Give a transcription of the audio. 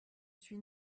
suis